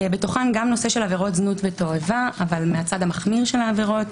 בתוכן גם נושא של עבירות זנות ותועבה אבל מהצד המחמיר של העבירות,